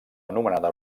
anomenada